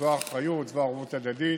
זו האחריות, זו הערבות הדדית